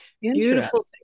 Beautiful